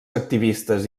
activistes